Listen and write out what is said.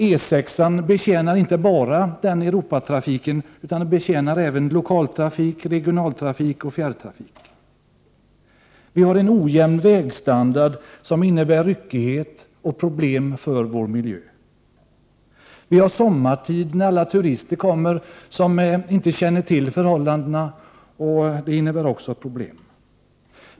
E 6 betjänar inte bara Europatrafiken utan betjänar även lokaltrafik, regionaltrafik och fjärrtrafik. Vi har en ojämn vägstandard, som innebär ryckighet och problem för vår miljö. Under sommartid kommer det en mängd turister som inte känner till förhållandena, och det innebär också problem.